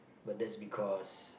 but that's because